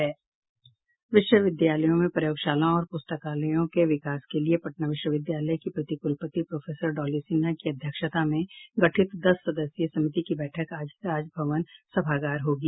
विश्वविद्यालयों में प्रयोगशालाओं और पुस्तकालयों के विकास के लिए पटना विश्वविद्यालय की प्रतिकुलपति प्रोफेसर डॉली सिन्हा की अध्यक्षता में गठित दस सदस्यीय समिति की बैठक आज राजभवन सभागार में होगी